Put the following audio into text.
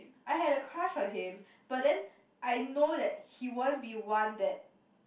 I had a crush on him but then I know that he won't be one that